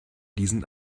diesen